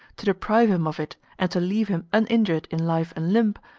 to deprive him of it, and to leave him uninjured in life and limb,